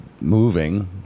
moving